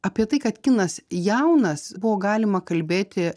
apie tai kad kinas jaunas buvo galima kalbėti